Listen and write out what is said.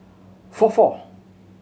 four four